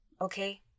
okay